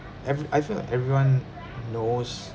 ev~ I feel like everyone knows